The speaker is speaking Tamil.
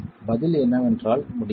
பதில் என்னவென்றால் முடியும்